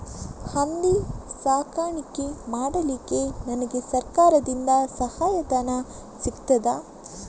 ಹಂದಿ ಸಾಕಾಣಿಕೆ ಮಾಡಲಿಕ್ಕೆ ನನಗೆ ಸರಕಾರದಿಂದ ಸಹಾಯಧನ ಸಿಗುತ್ತದಾ?